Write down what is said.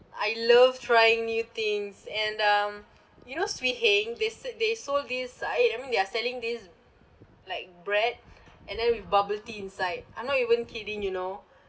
I love trying new things and um you know Swee Heng they sit they sold this I I mean they are selling this like bread and then with bubble tea inside I'm not even kidding you know